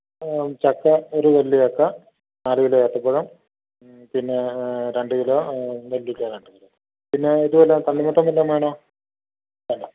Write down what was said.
ചക്ക ഒരു വലിയ ചക്ക നാല് കിലോ ഏത്തപ്പഴം പിന്നേ രണ്ട് കിലോ നെല്ലിക്ക രണ്ട് കിലോ പിന്നേ ഇത് വല്ലതും തണ്ണിമത്തൻ വല്ലതും വേണോ വേണ്ട